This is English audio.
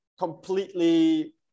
completely